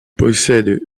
possède